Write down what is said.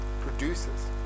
produces